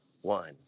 one